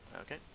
Okay